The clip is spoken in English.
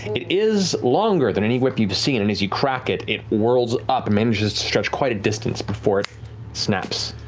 it is longer than any whip you've seen, and as you crack it, it whirls up and manages to stretch quite a distance before it snaps.